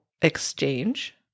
exchange